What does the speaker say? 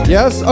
Yes